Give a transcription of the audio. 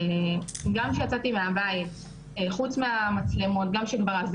אפליקציית מעקב שלא ידעתי עליה.